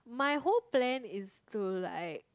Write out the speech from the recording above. my whole plan is to like